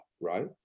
right